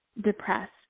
depressed